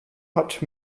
hat